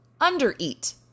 undereat